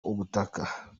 ubutaka